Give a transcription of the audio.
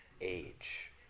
age